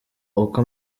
uko